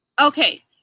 Okay